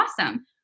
Awesome